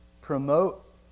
promote